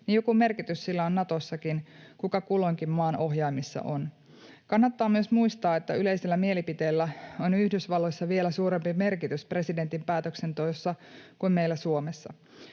niin joku merkitys sillä on Natossakin, kuka kulloinkin maan ohjaimissa on. Kannattaa myös muistaa, että yleisellä mielipiteellä on Yhdysvalloissa vielä suurempi merkitys presidentin päätöksenteossa kuin meillä Suomessa.